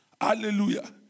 Hallelujah